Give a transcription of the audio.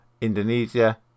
Indonesia